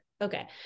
Okay